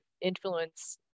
influence